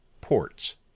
Ports